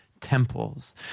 temples